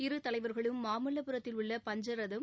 இரு தலைவா்களும் மாமல்லபுரத்தில் உள்ள பஞ்சரதம்